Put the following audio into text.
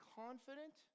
confident